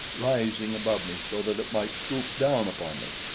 rising above me so that it might swoop down upon me.